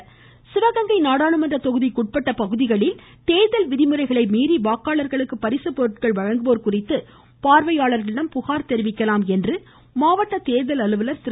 தேர்தல் இருவரி சிவகங்கை நாடாளுமன்ற தொகுதிக்கு உட்பட்ட பகுதிகளில் தோதல் விதிமுறைகளை மீறி வாக்காளர்களுக்கு பரிசுப்பொருட்கள் வழங்குவோர் குறித்து பார்வையாளர்களிடம் புகார் தெரிவிக்கலாம் என்று மாவட்ட தேர்தல் அலுவலர் திரு